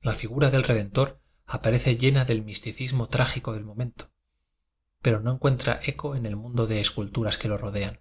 la figura del redentor aparece llena del misticismo trágico del momento pero no encuentra eco en el mundo de esculturas que lo rodean